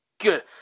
good